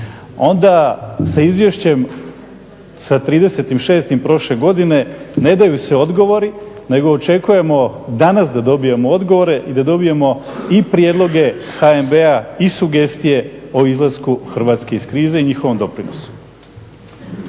onda sa izvješćem sa 30.60. prošle godine ne daju se odgovori nego očekujemo danas da dobijemo odgovore i da dobijemo i prijedloge HNB-a i sugestije o izlasku Hrvatske iz krize i njihovom doprinosu.